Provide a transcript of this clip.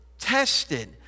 tested